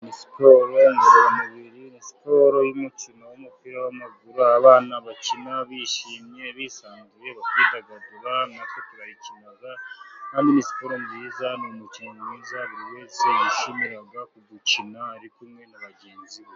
Siporo ngororamubiri, ni siporo y'umukino w'umupira w'amaguru, abana bakina bishimye, bisanzuye, bakidagadura, natwe turayikina, kandi siporo ni nziza, ni umukino mwiza buri wese yishimira kuwukina ari kumwe na bagenzi be.